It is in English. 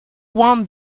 want